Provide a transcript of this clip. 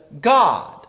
God